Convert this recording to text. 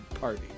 party